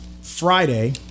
Friday